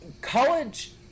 college